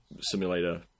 simulator